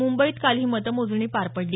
मुंबईत काल ही मतमोजणी पार पडली